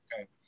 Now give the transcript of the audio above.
okay